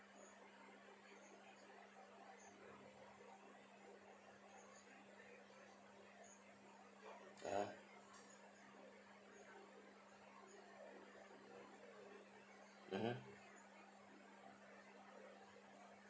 (uh huh) mmhmm